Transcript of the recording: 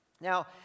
Now